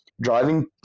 driving